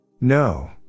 No